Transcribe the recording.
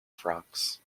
frocks